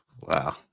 Wow